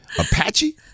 Apache